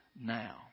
now